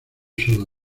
solo